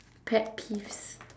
pet peeves